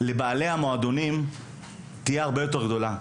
כלפי בעלי המועדונים תהיה הרבה יותר גדולה.